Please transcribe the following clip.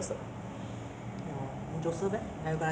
it's like 慢慢变成很 awkward lah you know